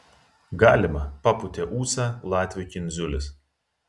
galima papūtė ūsą latvių kindziulis